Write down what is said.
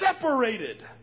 separated